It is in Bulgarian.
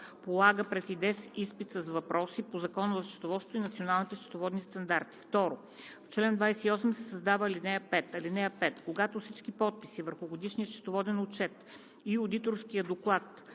полага пред ИДЕС изпит с въпроси по Закона за счетоводството и Националните счетоводни стандарти.“ 2. В чл. 28 се създава ал. 5: „(5) Когато всички подписи върху годишния счетоводен отчет и одиторския доклад